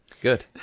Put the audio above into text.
good